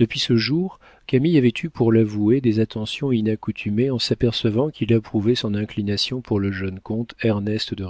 depuis ce jour camille avait eu pour l'avoué des attentions inaccoutumées en s'apercevant qu'il approuvait son inclination pour le jeune comte ernest de